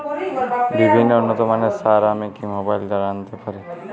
বিভিন্ন উন্নতমানের সার আমি কি মোবাইল দ্বারা আনাতে পারি?